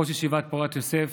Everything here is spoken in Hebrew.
ראש ישיבת פורת יוסף,